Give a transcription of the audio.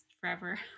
forever